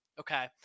okay